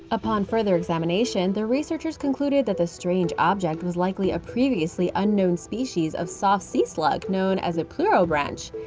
upon further examination, the researchers concluded that the strange object was likely a previously unknown species of soft sea slug known as a pleurobranch.